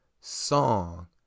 song